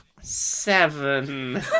Seven